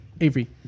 Avery